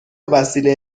وسیله